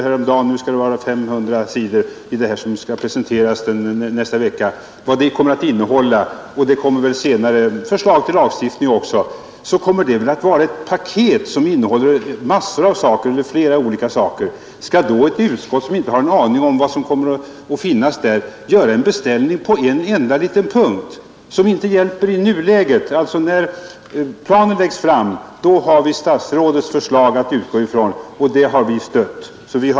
Härom dagen sade man att det var 400 sidor, nu skall det vara 500 sidor, och senare kommer väl även förslag till lagstiftning. Det blir ett paket som innehåller en mängd olika saker eller i varje fall flera olika saker. Skall då ett utskott som inte har en aning om vad som kommer att finnas där göra en beställning på en enda liten punkt som inte har med nuläget att skaffa. När planskissen läggs fram i nästa vecka, då har vi statsrådets förslag att utgå i från, och det har vi stött.